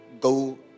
go